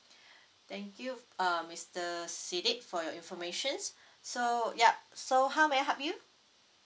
thank you uh mister sidek for your informations so yup so how may I help you